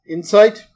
Insight